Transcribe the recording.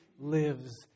lives